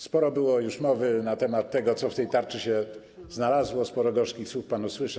Sporo było już mowy na temat tego, co w tej tarczy się znalazło, sporo gorzkich słów pan usłyszał.